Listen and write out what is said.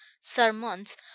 sermons